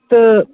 تہٕ